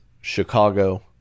Chicago